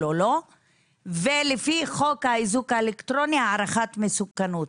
או לא ולפי חוק האיזוק האלקטרוני הערכת מסוכנות,